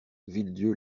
villedieu